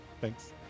Thanks